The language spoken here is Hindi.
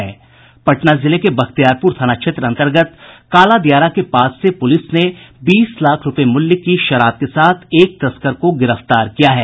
पटना जिले के बख्तियारपूर थाना क्षेत्र अन्तर्गत काला दियारा के पास से पूलिस ने बीस लाख रूपये मूल्य की शराब के साथ एक तस्कर को गिरफ्तार किया है